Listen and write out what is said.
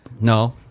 no